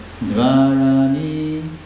dvarani